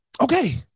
okay